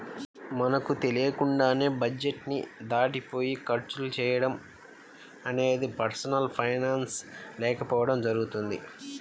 మనకు తెలియకుండానే బడ్జెట్ ని దాటిపోయి ఖర్చులు చేయడం అనేది పర్సనల్ ఫైనాన్స్ లేకపోవడం జరుగుతుంది